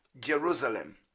Jerusalem